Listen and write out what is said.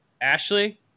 Ashley